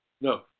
No